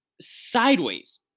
sideways